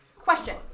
question